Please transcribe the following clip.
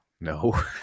No